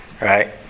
right